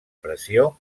pressió